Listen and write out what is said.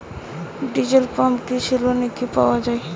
Diesel pump কৃষি লোনে কি পাওয়া য়ায়?